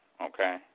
Okay